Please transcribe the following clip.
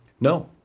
No